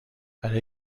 برای